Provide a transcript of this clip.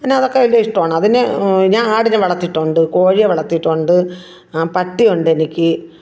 പിന്നെ അതൊക്കെ വലിയ ഇഷ്ടമാണ് അതിനു ഞാൻ ആടിനെ വളർത്തിയിട്ടുണ്ട് കോഴിയെ വളർത്തിയിട്ടുണ്ട് പട്ടിയുണ്ടെനിക്ക്